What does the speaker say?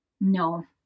No